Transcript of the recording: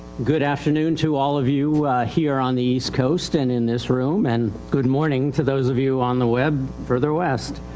good afternoon to all of you here on the east coast and in this room. and good morning to those of you on the web further west.